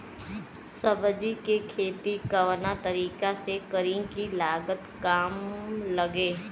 सब्जी के खेती कवना तरीका से करी की लागत काम लगे?